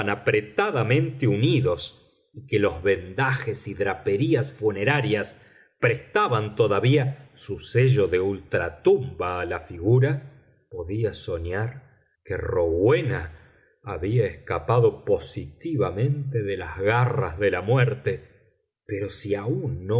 apretadamente unidos y que los vendajes y draperías funerarias prestaban todavía su sello de ultratumba a la figura podía soñar que rowena había escapado positivamente de las garras de la muerte pero si aun no